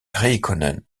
räikkönen